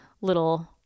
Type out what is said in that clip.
little